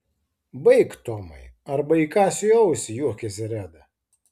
baik tomai arba įkąsiu į ausį juokėsi reda